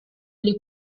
l’ai